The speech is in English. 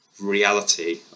reality